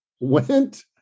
went